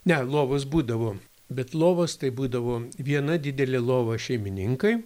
ne lovos būdavo bet lovos tai būdavo viena didelė lova šeimininkai